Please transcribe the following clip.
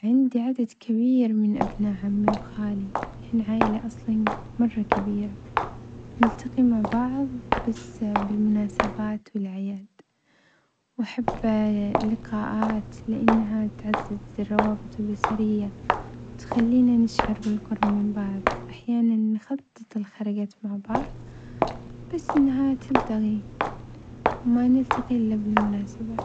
عندي عدد كبير من أبناء عمي وخالي، إحنا عائلة أصلًا مرة كبيرة نلتقي مع بعظ بس بالمناسبات والأعياد، وأحب اللقاءات لأنها تعزز الروابط الأسرية وتخلينا نشعر بالقرب من بعظ، أحيانًا نخطط الخروجات مع بعض بس النهاية تلتغي وما نلتقي إلا بالمناسبات.